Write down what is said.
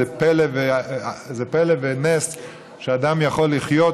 זה פלא ונס שאדם יכול לחיות,